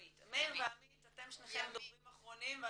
וימית אתם שניכם דוברים אחרונים.